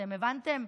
אתם הבנתם?